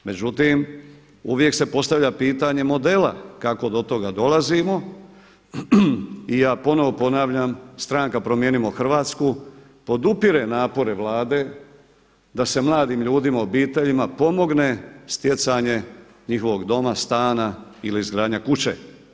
Međutim, uvijek se postavlja pitanje modela kako do toga dolazimo i ja ponovo ponavljam stranka Promijenimo Hrvatsku podupire napore Vlade da se mladim ljudima, obiteljima pomogne stjecanje njihovog doma, stana ili izgradnja kuće.